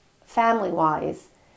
Family-wise